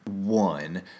one